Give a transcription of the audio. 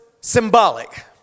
symbolic